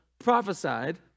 prophesied